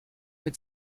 mit